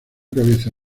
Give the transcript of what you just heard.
cabeza